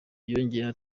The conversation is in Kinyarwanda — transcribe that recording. yongeraho